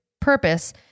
purpose